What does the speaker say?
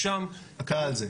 אתה על זה.